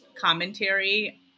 commentary